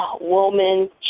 woman